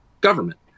government